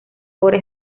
ahora